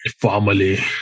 family